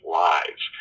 lives